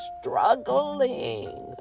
Struggling